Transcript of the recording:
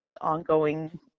ongoing